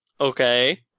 okay